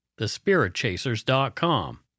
thespiritchasers.com